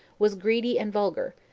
was greedy and vulgar,